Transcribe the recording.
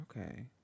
Okay